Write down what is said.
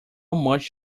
much